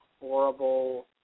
horrible